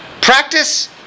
practice